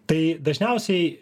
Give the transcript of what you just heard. tai dažniausiai